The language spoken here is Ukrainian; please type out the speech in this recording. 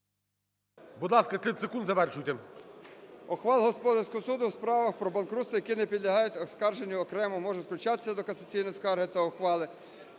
Будь ласка, 30 секунд завершити.